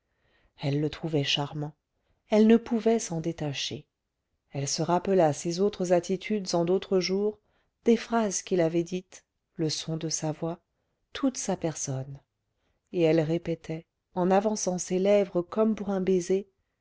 elle le trouvait charmant elle ne pouvait s'en détacher elle se rappela ses autres attitudes en d'autres jours des phrases qu'il avait dites le son de sa voix toute sa personne et elle répétait en avançant ses lèvres comme pour un baiser